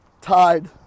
tied